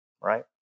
right